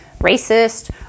racist